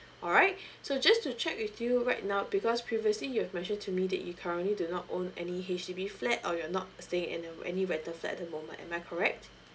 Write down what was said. alright so just to check with you right now because previously you've mentioned to me that you currently do not own any H_D_B flat or you're not staying in um any rental flat at the moment am I correct